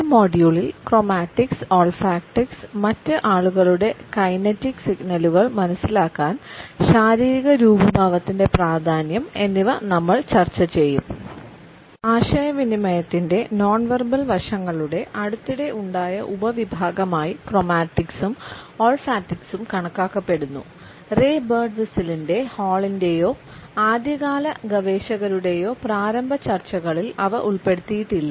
ഈ മൊഡ്യൂളിൽ ക്രോമാറ്റിക്സ് ആദ്യകാല ഗവേഷകരുടെയോ പ്രാരംഭ ചർച്ചകളിൽ അവ ഉൾപ്പെടുത്തിയിട്ടില്ല